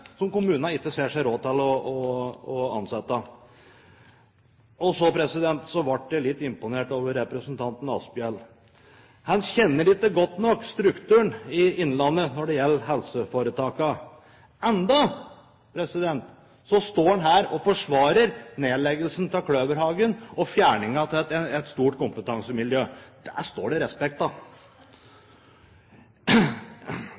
som kommunene ikke ser seg råd til å ansette. Så ble jeg litt imponert over representanten Asphjell. Han kjenner ikke godt nok strukturen til helseforetakene i Innlandet. Enda står han her og forsvarer nedleggelse av Kløverhagen og fjerning av et stort kompetansemiljø. Det står det respekt av.